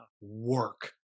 work